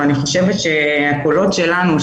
ואני חושבת שהקולות שלנו,